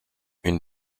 une